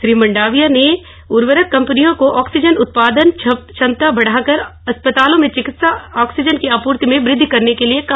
श्री मांडविया ने उर्वरक कंपनियों को ऑक्सीजन उत्पादन क्षमता बढाकर अस्पतालों में चिकित्सा ऑक्सीजन की आपूर्ति में वृद्धि करने के लिए कहा